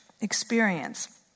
experience